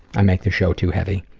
i make the show too heavy.